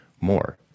more